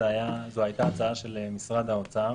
זו הייתה הצעה של משרד האוצר.